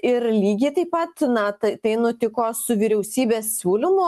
ir lygiai taip pat na t tai nutiko su vyriausybės siūlymu